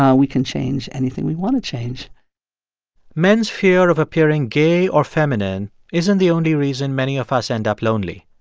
ah we can change anything we want to change men's fear of appearing gay or feminine isn't the only reason many of us end up lonely.